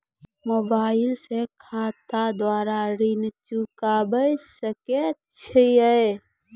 Mobile से खाता द्वारा ऋण चुकाबै सकय छियै?